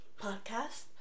podcast